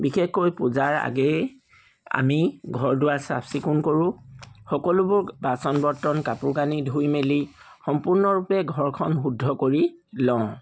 বিশেষকৈ পূজাৰ আগেয়ে আমি ঘৰ দুৱাৰ চাফ চিকুণ কৰোঁ সকলোবোৰ বাচন বৰ্তন কাপোৰ কানি ধুই মেলি সম্পূৰ্ণৰূপে ঘৰখন শুদ্ধ কৰি লওঁ